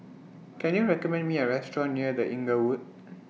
Can YOU recommend Me A Restaurant near The Inglewood